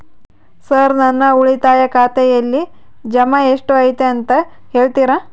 Sir ನನ್ನ ಉಳಿತಾಯ ಖಾತೆಯಲ್ಲಿ ಜಮಾ ಎಷ್ಟು ಐತಿ ಅಂತ ಹೇಳ್ತೇರಾ?